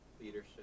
leadership